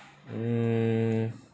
mm